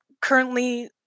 Currently